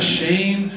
shame